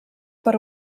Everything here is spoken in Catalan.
per